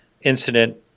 incident